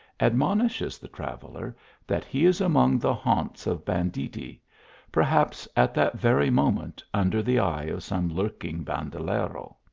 admonishes the traveller that he is among the haunts of banditti perhaps, at that very moment, under the eye of some lurking bandalero.